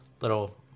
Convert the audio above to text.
little